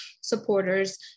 supporters